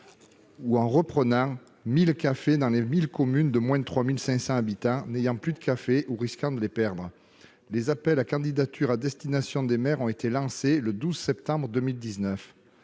ou en reprenant 1 000 cafés dans 1 000 communes de moins de 3 500 habitants n'ayant plus de café ou risquant de les perdre. Les appels à candidatures à destination des maires ont été lancés le 12 septembre 2019.